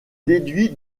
déduit